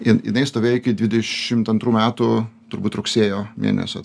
jin jinai stovėjo iki dvidešimt antrų metų turbūt rugsėjo mėnesio